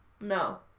No